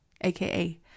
AKA